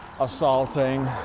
assaulting